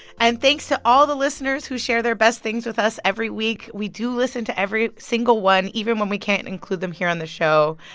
and thanks to all the listeners who share their best things with us every week. we do listen to every single one, even when we can't include them here on the show.